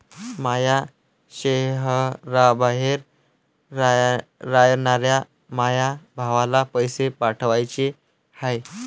माया शैहराबाहेर रायनाऱ्या माया भावाला पैसे पाठवाचे हाय